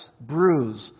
bruise